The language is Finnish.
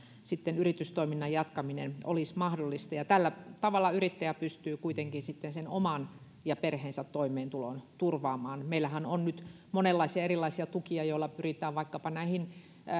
sitten yritystoiminnan jatkaminen olisi mahdollista tällä tavalla yrittäjä pystyy kuitenkin sitten sen oman ja perheensä toimeentulon turvaamaan meillähän on nyt monenlaisia erilaisia tukia joilla pyritään vastaamaan vaikkapa näihin